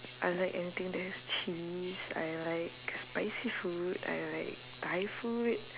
I like anything that has cheese I like spicy food I like thai food